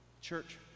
Church